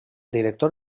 director